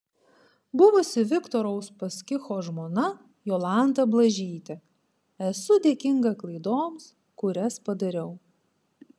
buvusi viktoro uspaskicho žmona jolanta blažytė esu dėkinga klaidoms kurias padariau